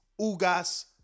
Ugas